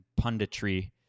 punditry